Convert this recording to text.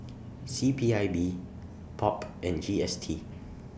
C P I B POP and G S T